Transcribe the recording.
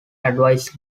advisory